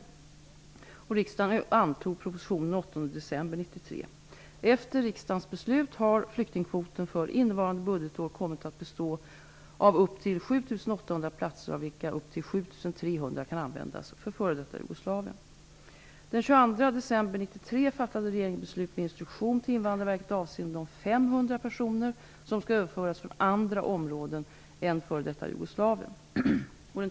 december 1993. Efter riksdagens beslut har flyktingkvoten för innevarande budgetår kommit att bestå av upp till 7 800 platser av vilka upp till 7 300 kan användas för f.d. Jugoslavien. personer som skall överföras från andra områden än f.d. Jugoslavien.